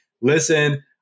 listen